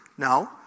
No